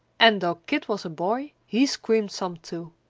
and, though kit was a boy, he screamed some too.